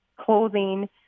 clothing